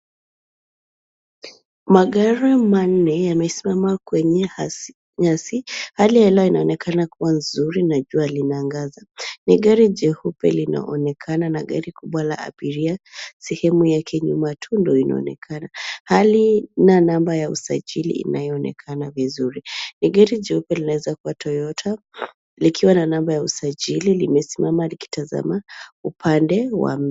Magari manne yamesema kwenye nyasi. Hali ya hewa inaonekana kuwa nzuri najua linangaza. Ni gari jeupe linaonekana na gari kubwa la abiria sehemu yake nyuma tundu inaonekana. Hali na namba ya usajili inayoonekana vizuri. Ni geri jeupa linaweza kuwa toyota likiwa na namba ya usajili limesimama likitazama upande wa.